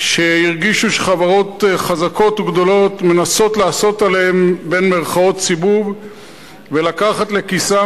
שהרגישו שחברות חזקות וגדולות מנסות לעשות עליהם סיבוב ולקחת לכיסן,